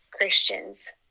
Christians